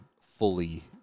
fully